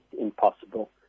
impossible